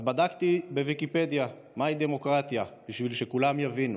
אז בדקתי בוויקיפדיה מהי "דמוקרטיה" בשביל שכולם יבינו.